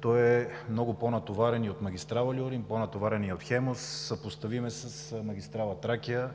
Той е много по-натоварен и от магистрала „Люлин“, по-натоварен и от „Хемус“, съпоставим е с магистрала „Тракия“.